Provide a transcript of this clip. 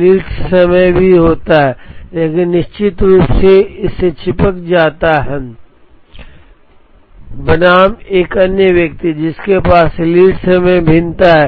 lead समय भी होता है लेकिन निश्चित रूप से इससे चिपक जाता है बनाम एक अन्य व्यक्ति जिसके पास लीड समय में भिन्नता है